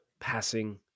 passing